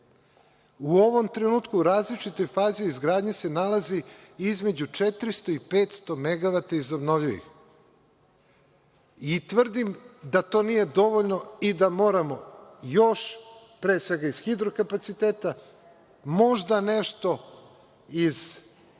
U ovom trenutku u različitoj fazi izgradnje se nalazi između 400 i 500 megavata iz obnovljivih. Tvrdim da to nije dovoljno i da moramo još, pre svega, iz hidro kapaciteta, možda nešto iz gasa,